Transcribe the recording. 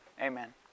Amen